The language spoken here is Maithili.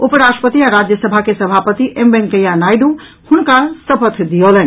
उप राष्ट्रपति आ राज्यसभा के सभापति एम वेंकैया नायडू हुनका शपथ दिऔलनि